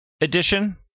Edition